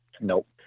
Nope